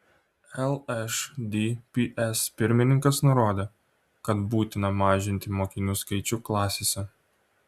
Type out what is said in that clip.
lšdps pirmininkas nurodė kad būtina mažinti mokinių skaičių klasėse